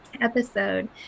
episode